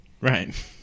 Right